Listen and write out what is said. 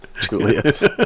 Julius